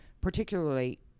particularly